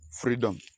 Freedom